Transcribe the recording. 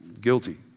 guilty